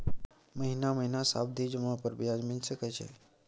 महीना महीना सावधि जमा पर ब्याज मिल सके छै?